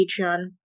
Patreon